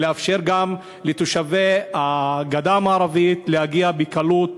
לאפשר גם לתושבי הגדה המערבית להגיע בקלות